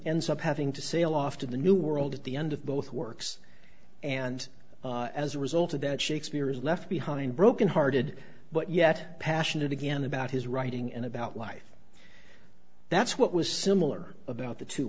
ends up having to sail off to the new world at the end of both works and as a result of that shakespeare is left behind broken hearted but yet passionate again about his writing and about life that's what was similar about the two